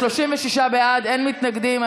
36 בעד, אין מתנגדים.